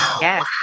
Yes